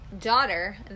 daughter